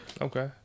Okay